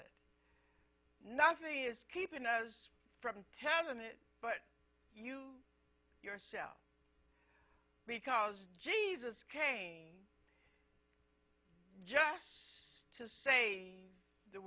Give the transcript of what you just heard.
it nothing is keeping us from telling it but you yourself because jesus came just to say the